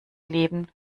leben